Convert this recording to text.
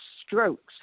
strokes